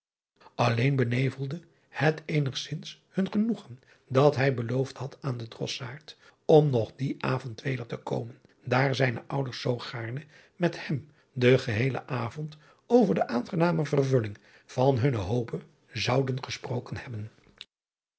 lleen benevelde het eenigzins hun genoegen dat hij beloofd had aan den rossaard om nog dien avond weder te komen daar zijne ouders zoo gaarne met hem den geheelen avond over de aangename vervulling van hunne hope zouden gesproken hebben